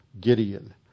Gideon